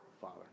father